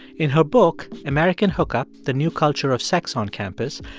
in her book american hookup the new culture of sex on campus,